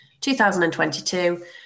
2022